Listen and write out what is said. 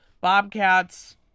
bobcats